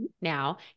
now